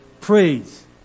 Praise